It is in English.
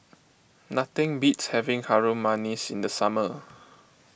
nothing beats having Harum Manis in the summer